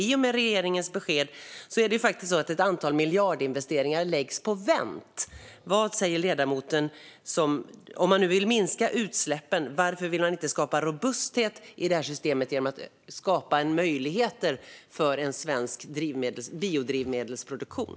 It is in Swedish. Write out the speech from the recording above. I och med regeringens besked är det faktiskt så att ett antal miljardinvesteringar läggs på vänt. Vad säger ledamoten om det? Om han nu vill minska utsläppen, varför vill han inte skapa robusthet i det här systemet genom att skapa möjligheter för en svensk biodrivmedelsproduktion?